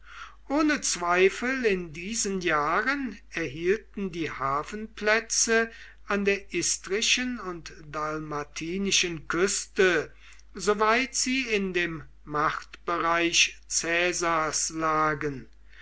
ohne zweifel in diesen jahren erhielten die hafenplätze an der istrischen und dalmatinischen küste soweit sie in dem machtbereich caesars lagen